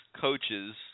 coaches